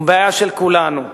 הוא הבעיה של כולנו.